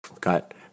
got